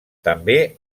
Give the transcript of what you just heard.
també